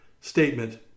statement